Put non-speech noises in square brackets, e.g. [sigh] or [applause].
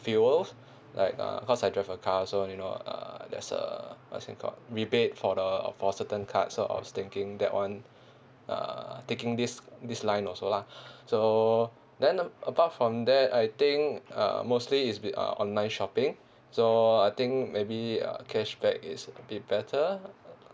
fuels [breath] like uh cause I drive a car so you know uh there's a what's that called rebate for the for certain cards so I was thinking that [one] uh taking this this line also lah [breath] so then um apart from that I think uh mostly is bit uh online shopping so I think maybe uh cashback is a bit better